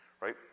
right